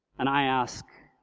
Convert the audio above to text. and i ask,